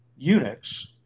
unix